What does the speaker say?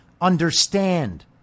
understand